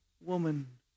woman